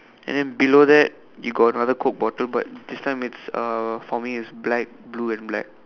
and then below that you got another coke bottle but this time it's uh for me it's black blue and black